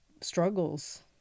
struggles